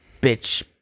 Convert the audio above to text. bitch